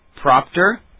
propter